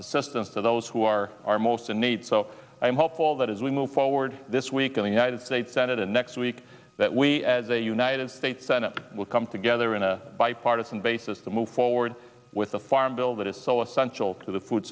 assistance to those who are are most in need so i'm hopeful that as we move forward this week in the united states senate and next week that we as a united states senate will come together in a bipartisan basis to move forward with the farm bill that is so essential to the